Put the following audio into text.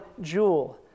jewel